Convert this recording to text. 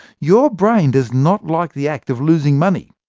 your brain does not like the act of losing money.